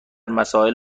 مسائل